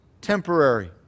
temporary